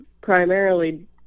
primarily